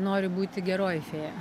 noriu būti geroji fėja